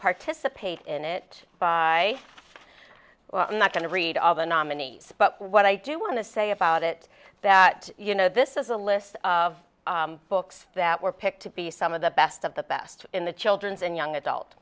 participate in it by well i'm not going to read all the nominees but what i do want to say about it that you know this is a list of books that were picked to be some of the best of the best in the children's and young adult